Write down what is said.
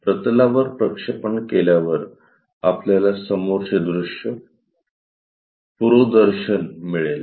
प्रतलावर प्रक्षेपण केल्यावर आपल्याला समोरचे दृश्य पुरोदर्शन मिळेल